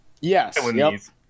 Yes